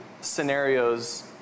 scenarios